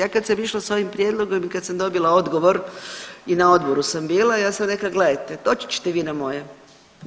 Ja kad sam išla s ovim prijedlogom i kad sam dobila odgovor i na odboru sam bila ja sam rekla gledajte doći ćete vi na moje,